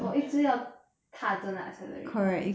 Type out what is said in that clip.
oh 一直要踏着那个 accelerator ah